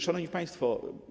Szanowni Państwo!